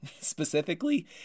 specifically